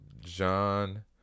John